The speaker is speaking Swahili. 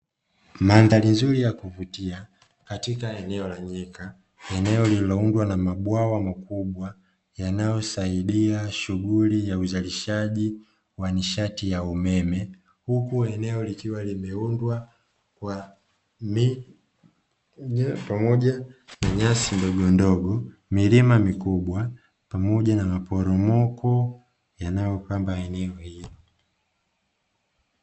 Mandhari nzuri ya kuvutia katika eneo la nyika eneo lililo undwa na mabwawa makubwa yanayo saidia shughuli ya uzalishaji wa nishati ya umeme, huku eneo likiwa limeundwa kwa miti pamoja na nyasi ndogondogo, milima mikubwa pamoja na maporomoko yanayo pamba eneo hilo.